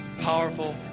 powerful